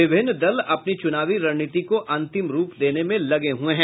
विभिन्न दल अपनी चुनावी रणनीति को अंतिम रूप देने में लगे हुए हैं